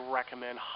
recommend